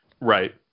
Right